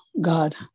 God